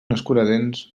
escuradents